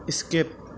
skip